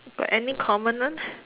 got any common one